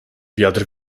wiatr